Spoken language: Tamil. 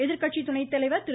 எதிர்கட்சி துணைத்தலைவா் திரு